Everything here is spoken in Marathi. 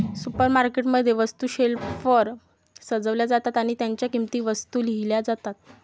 सुपरमार्केट मध्ये, वस्तू शेल्फवर सजवल्या जातात आणि त्यांच्या किंमती वस्तूंवर लिहिल्या जातात